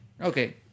okay